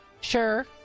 Sure